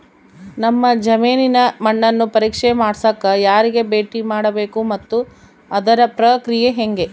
ನಮ್ಮ ಜಮೇನಿನ ಮಣ್ಣನ್ನು ಪರೇಕ್ಷೆ ಮಾಡ್ಸಕ ಯಾರಿಗೆ ಭೇಟಿ ಮಾಡಬೇಕು ಮತ್ತು ಅದರ ಪ್ರಕ್ರಿಯೆ ಹೆಂಗೆ?